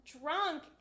drunk